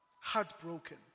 heartbroken